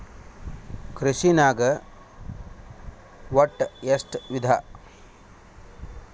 ಕೃಷಿನಾಗ್ ಒಟ್ಟ ಎಷ್ಟ ವಿಧ?